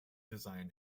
design